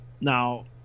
Now